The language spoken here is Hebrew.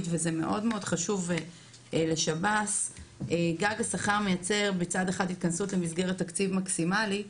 חשוב להגיד שגג השכר מייצר מצד אחד התכנסות למסגרת תקציב מקסימאלית,